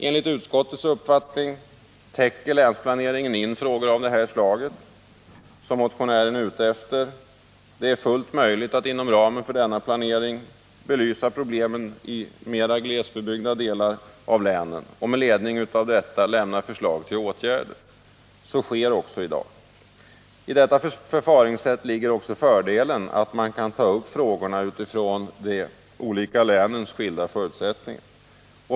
Enligt utskottets uppfattning täcker länsplaneringen in frågor av det slag som motionärerna tar upp. Det är fullt möjligt att inom ramen för denna planering belysa problemen i mera glesbebyggda delar av länen och med ledning därav lämna förslag till åtgärder. Så sker också i dag. I detta förfaringssätt ligger också den fördelen att man kan ta upp frågorna utifrån de olika länens skilda förutsättningar.